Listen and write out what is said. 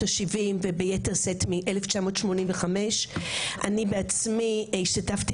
ה-70' וביתר שאת מאז שנת 1985. אני בעצמי השתתפתי